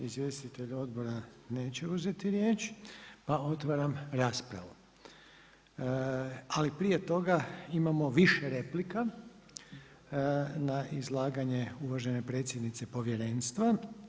Izvjestitelj odbora neće uzeti riječ, pa otvaram raspravu ali prije toga imamo više replika na izlaganje uvažene predsjednice povjerenstva.